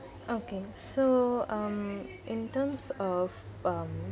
okay so um in terms of um